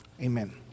Amen